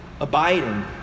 abiding